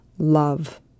love